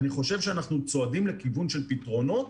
אני חושב שאנחנו צועדים לכיוון של פתרונות.